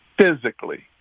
physically